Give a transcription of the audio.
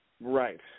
Right